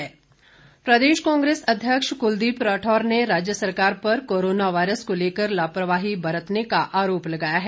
कांग्रेस प्रदेश कांग्रेस अध्यक्ष कुलदीप राठौर ने राज्य सरकार पर कोरोना वायरस को लेकर लापरवाही बरतने का आरोप लगाया है